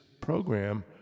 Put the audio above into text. program